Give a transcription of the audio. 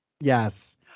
Yes